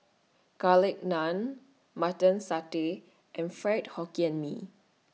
Garlic Naan Mutton Satay and Fried Hokkien Mee